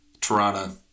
Toronto